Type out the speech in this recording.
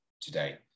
today